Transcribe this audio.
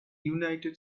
united